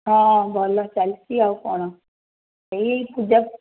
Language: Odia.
ହଁ ଭଲ ଚାଲିଛି ଆଉ କ'ଣ ଏଇ ପୂଜା